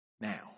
now